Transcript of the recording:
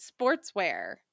sportswear